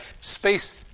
space